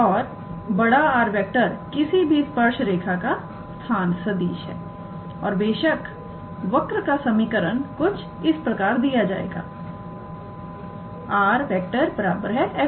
और 𝑅⃗ किसी भी स्पर्श रेखा का स्थान सदिश है और बेशक वक्र का समीकरण कुछ इस प्रकार दिया जाएगा 𝑟⃗ 𝑓⃗𝑡